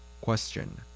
Question